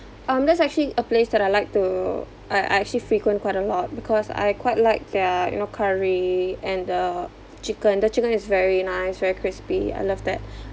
um that's actually a place that I like to I I actually frequent quite a lot because I quite like their you know curry and the chicken the chicken is very nice very crispy I love that